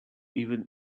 even